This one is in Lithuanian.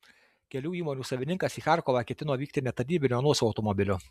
kelių įmonių savininkas į charkovą ketino vykti ne tarnybiniu o nuosavu automobiliu